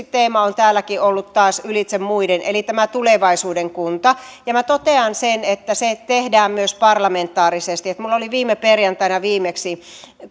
teema on täälläkin ollut taas ylitse muiden eli tulevaisuuden kunta minä totean sen että se tehdään myös parlamentaarisesti minulla oli viime perjantaina viimeksi